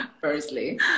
Firstly